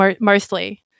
mostly